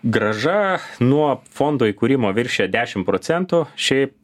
grąža nuo fondo įkūrimo viršija dešim procentų šiaip